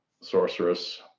Sorceress